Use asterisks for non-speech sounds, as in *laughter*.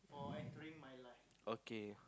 *breath* okay